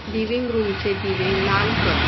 living रूमचे दिवे लाल कर